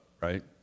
right